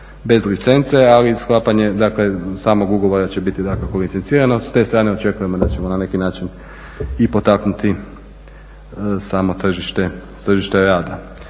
bez licence ali sklapanje samom ugovora će biti dakako licencirano. S te strane očekujemo da ćemo na neki način i potaknuti samo tržište rada.